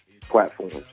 platforms